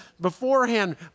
beforehand